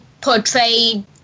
portrayed